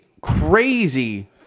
crazy